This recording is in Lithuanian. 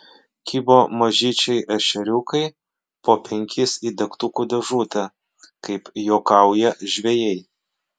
kibo mažyčiai ešeriukai po penkis į degtukų dėžutę kaip juokauja žvejai